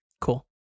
Cool